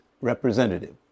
representative